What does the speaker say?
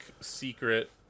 secret